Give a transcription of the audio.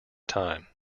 time